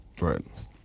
Right